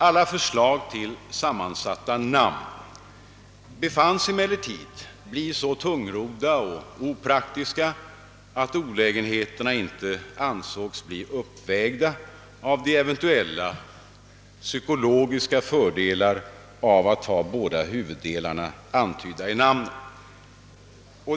Alla sammansatta namn befanns emellertid bli så tunga och opraktiska att olägenheterna inte ansågs uppvägas av de eventuella psykologiska fördelarna av att ha båda huvuddelarna av verksamheten antydda i namnet.